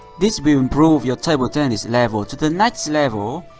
this will improve your table tennis level to the next level.